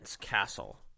Castle